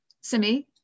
Simi